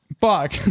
Fuck